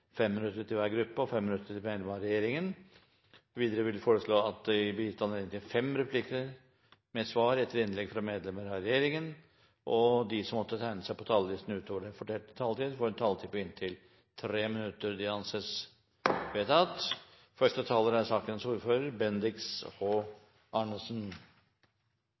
fem replikker med svar etter innlegg fra medlemmer av regjeringen innenfor den fordelte taletid. Videre vil presidenten foreslå at de som måtte tegne seg på talerlisten utover den fordelte taletid, får en taletid på inntil 3 minutter. – Det anses vedtatt. Første taler er Irene Johansen – for sakens ordfører.